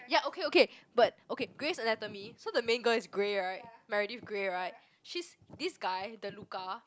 ya okay okay but okay Greys Anatomy so the main girl is grey right Meredith Grey right she's this guy Deluca